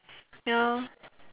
ya